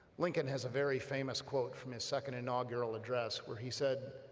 lincoln has a very famous quote from his second inaugural address where he said